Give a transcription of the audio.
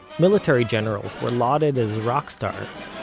military generals were lauded as rock stars,